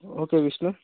okay Vishnu